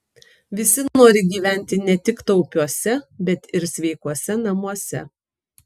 visi nori gyventi ne tik taupiuose bet ir sveikuose namuose